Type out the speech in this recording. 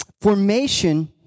formation